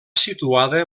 situada